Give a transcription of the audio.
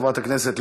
חברת הכנסת,